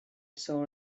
saw